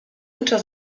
unter